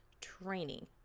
training